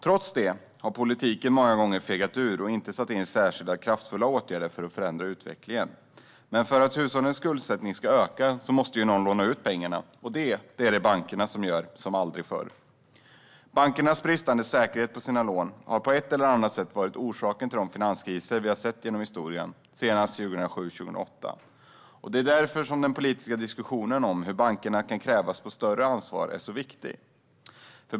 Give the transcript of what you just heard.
Trots det har politiken många gånger fegat ur och inte satt in särskilt kraftfulla åtgärder för att förändra utvecklingen. Men för att hushållen skuldsättning ska öka måste någon låna ut pengarna, och det gör bankerna som aldrig förr. Bankernas bristande säkerhet för sina lån har på ett eller annat sätt varit orsaken till de finanskriser vi har sett genom historien, senast år 2007-2008. Det är därför den politiska diskussionen om hur bankerna kan krävas på större ansvar är så viktig.